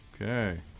Okay